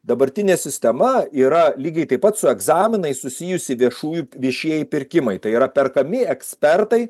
dabartinė sistema yra lygiai taip pat su egzaminais susijusi viešųjų viešieji pirkimai tai yra perkami ekspertai